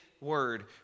word